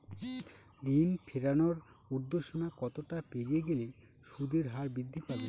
ঋণ ফেরানোর উর্ধ্বসীমা কতটা পেরিয়ে গেলে সুদের হার বৃদ্ধি পাবে?